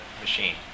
machine